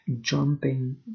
jumping